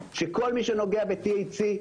וכל מי שנוגע ב-THC,